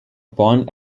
pond